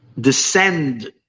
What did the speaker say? descend